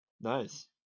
Nice